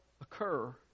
occur